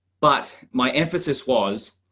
but my emphasis was,